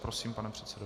Prosím, pane předsedo.